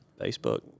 Facebook